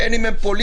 בין אם הם פוליטיים,